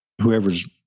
whoever's